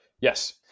Yes